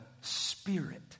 spirit